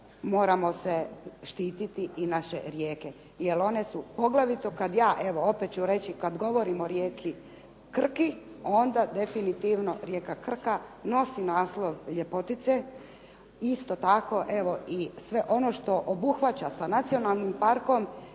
moramo se štititi i naše rijeke jer one su, poglavito kad ja, evo opet ću reći kad govorim o rijeci Krki onda definitivno rijeka Krka nosi naslov ljepotice. Isto tako evo i sve ono što obuhvaća sa nacionalnim parkom